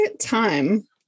time